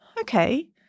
okay